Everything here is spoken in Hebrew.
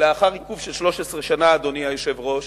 לאחר עיכוב של 13 שנה, אדוני היושב-ראש,